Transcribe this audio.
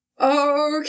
Okay